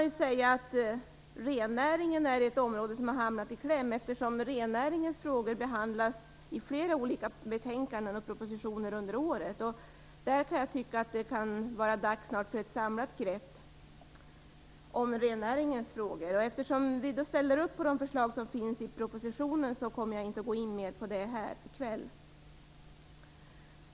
Just rennäringen är ett område som har hamnat i kläm, eftersom dessa frågor behandlas i flera olika betänkanden och propositioner under året. Här tycker jag att det snart kan vara dags för ett samlat grepp. Eftersom vi ställer upp på de förslag som finns i propositionen kommer jag inte att gå in mer på dem i kväll.